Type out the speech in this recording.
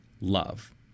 love